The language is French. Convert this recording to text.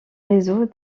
réseau